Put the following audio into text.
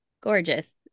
gorgeous